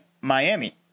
Miami